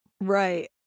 Right